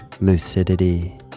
lucidity